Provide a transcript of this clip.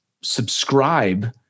subscribe